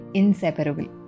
inseparable